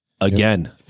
again